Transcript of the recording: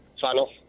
Final